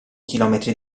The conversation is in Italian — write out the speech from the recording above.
chilometri